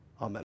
Amen